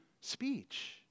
speech